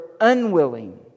unwilling